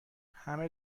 همه